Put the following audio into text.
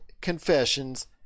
confessions